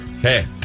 Hey